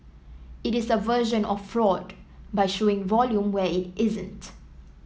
it is a version of fraud by showing volume where it isn't